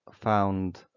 found